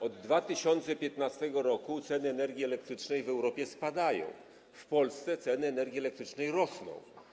Od 2015 r. ceny energii elektrycznej w Europie spadają, a w Polsce ceny energii elektrycznej rosną.